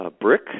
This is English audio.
brick